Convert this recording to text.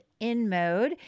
InMode